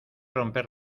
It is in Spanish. romper